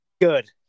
good